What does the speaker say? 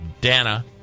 Dana